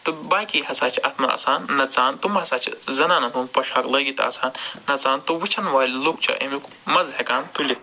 تہٕ باقی ہسا چھِ اَتھ منٛز آسان نَژان تِم ہَسا چھِ زَنانن ہُنٛد پۄشاک لٲگِتھ آسان نَژان تہٕ وٕچھَن والہِ لُکھ چھِ اَمیُک مَزٕ ہٮ۪کان تُلِتھ